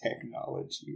technology